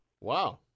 Wow